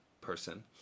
person